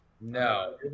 No